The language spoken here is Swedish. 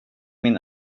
min